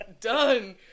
Done